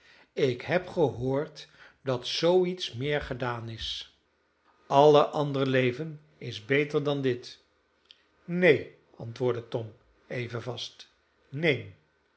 ik heb gehoord dat zoo iets meer gedaan is alle ander leven is beter dan dit neen antwoordde tom even vast neen